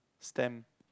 stamp